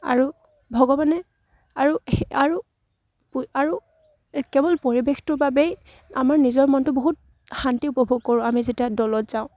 আৰু ভগৱানে আৰু সেই আৰু আৰু কেৱল পৰিৱেশটোৰ বাবেই আমাৰ নিজৰ মনটো বহুত শান্তি উপভোগ কৰোঁ আমি যেতিয়া দৌলত যাওঁ